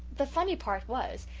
the funny part was,